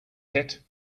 pet